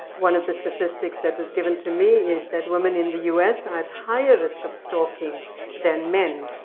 one of the statistics that was given to me is that women in the us are at higher risk of stalking than men,